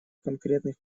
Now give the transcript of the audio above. конкретных